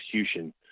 execution